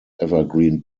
evergreen